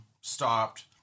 stopped